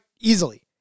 easily